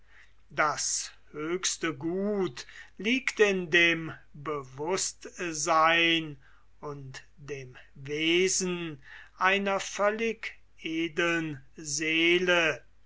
das höchste gut liegt in dem bewußtsein und dem wesen einer völlig edeln seele